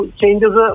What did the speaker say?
changes